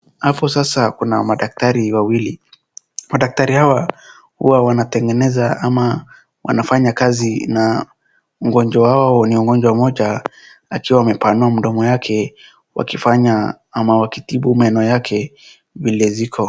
Hapo sasa kuna madaktari wawili. Madaktari hawa huwa wanatengeneza ama wanafanya kazi na mgonjwa wao ni mgonjwa mmoja akiwa amepanua mdomo yake wakifanya ama wakitibu meno yake vile ziko.